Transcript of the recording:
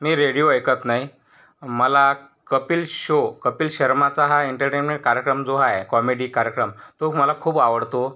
मी radio ऐकत नाही मला कपिल शो कपिल शर्माचा हा एंटरटेंमेंट कार्यक्रम जो आहे कॉमेडी कार्यक्रम तो मला खूप आवडतो